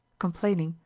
complaining,